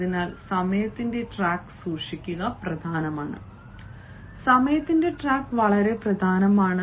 അതിനാൽ സമയത്തിന്റെ ട്രാക്ക് സൂക്ഷിക്കുക സമയത്തിന്റെ ട്രാക്ക് വളരെ പ്രധാനമാണ്